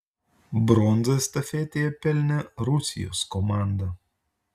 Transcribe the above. bronzą estafetėje pelnė rusijos komanda